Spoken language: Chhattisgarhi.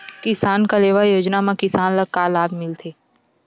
किसान कलेवा योजना म किसान ल का लाभ मिलथे?